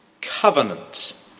Covenant